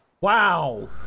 wow